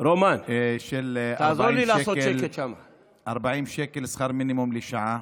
של 40 שקלים לשכר מינימום לשעה.